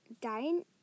dying